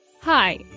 Hi